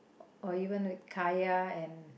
or even the kaya and